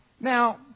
Now